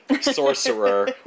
sorcerer